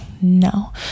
no